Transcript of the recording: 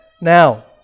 Now